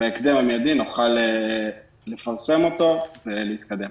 שבהקדם המידי נוכל לפרסם אותו ולהתקדם.